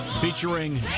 featuring